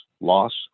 loss